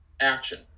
action